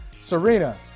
Serena